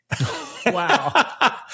Wow